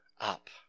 up